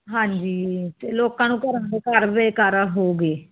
ਹਾਂਜੀ ਅਤੇ ਲੋਕਾਂ ਨੂੰ ਘਰਾਂ ਦੇ ਘਰ ਬੇਘਰ ਹੋ ਗਏ